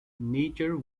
nature